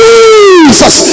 Jesus